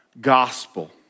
Gospel